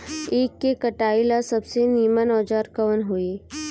ईख के कटाई ला सबसे नीमन औजार कवन होई?